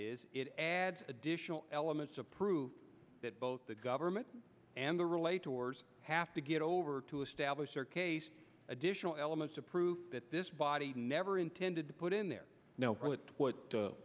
is it adds additional elements to prove that both the government and the relay tours have to get over to establish their case additional elements to prove that this body never intended to put in there now what